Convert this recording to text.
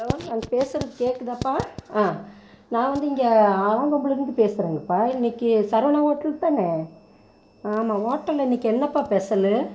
hello ஏன் பேசுகிறது கேட்குதாப்பா ஆ நான் வந்து இங்கே ஆலன்கொம்புலேந்து பேசுகிறங்ப்பா இன்றைக்கி சரவணா ஹோட்டல் தானே ஆமாம் ஹோட்டலில் இன்றைக்கி என்னப்பா ஸ்பெஷலு